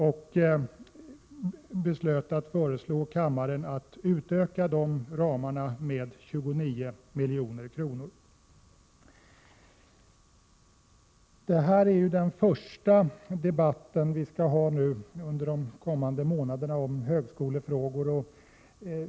Utskottet beslöt att föreslå kammaren att utöka de ramarna med 29 milj.kr. Detta är den första av de debatter i högskolefrågor som vi skall ha under de närmaste månaderna.